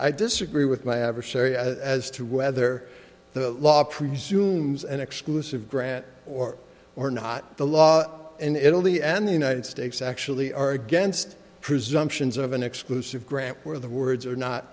i disagree with my adversary as to whether the law presumes an exclusive grant or or not the law and italy and the united states actually are against presumptions of an exclusive grant or the words are not